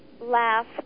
laugh